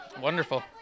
Wonderful